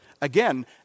Again